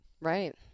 Right